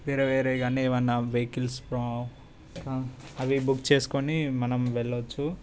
వేరేవేరే కాని ఏమన్నా వెహికల్స్ అవి బుక్ చేసుకొని మనం వెళ్లవచ్చు